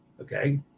okay